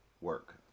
work